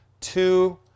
two